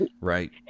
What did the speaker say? right